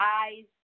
eyes